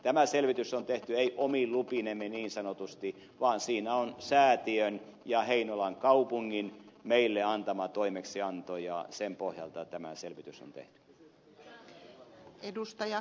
tämä selvitys on tehty ei omin lupineni niin sanotusti vaan siinä on säätiön ja heinolan kaupungin meille antama toimeksianto ja sen pohjalta tämä selvitys on tehty